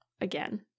again